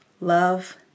love